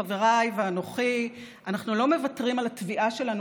חבריי ואנוכי: אנחנו לא מוותרים על תביעה שלנו